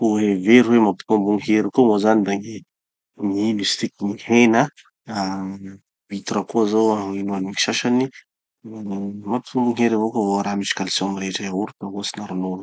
Ho hevery hoe mampitombo gny hery koa moa zany da gny, gn'ino izy tiky, gny hena. Da huitre koa zao inoan'ny gny sasany. Magnome hery avao koa gny vo raha misy calcium. Yaourt ohatsy na ronono.